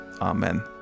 amen